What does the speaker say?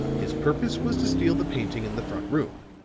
his purpose was to steal the painting in the front room.